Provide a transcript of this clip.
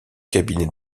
cabinet